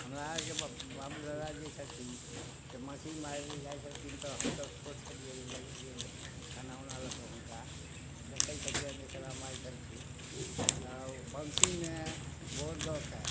हमरा आरके बाप दादा जे छलखिन से मछली मारै लए जे जाइ छलखिन तऽ हमसभ छोट छलियै तऽ जाइ दियै खाना उना लऽ कऽ हुनका तऽ देखै छलियै जे केना मारै छलखिन अऽ बंसी मे बोर दऽ के